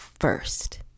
first